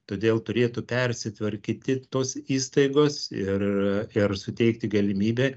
todėl turėtų persitvarkyti tos įstaigos ir ir suteikti galimybę